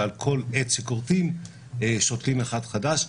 ועל כל עץ שכורתים שותלים אחד חדש.